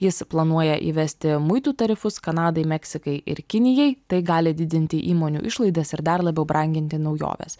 jis planuoja įvesti muitų tarifus kanadai meksikai ir kinijai tai gali didinti įmonių išlaidas ir dar labiau branginti naujoves